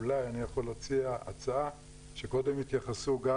אולי אני יכול להציע הצעה שקודם יתייחסו גם